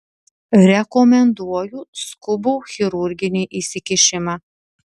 rekomenduoju skubų chirurginį įsikišimą